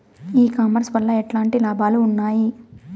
E commerce వల్ల ఎట్లాంటి లాభాలు ఉన్నాయి?